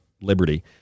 liberty